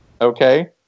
Okay